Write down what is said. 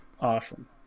Awesome